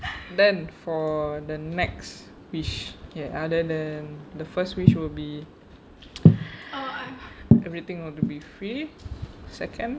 then for the next wish okay other than the first wish will be everything will be free second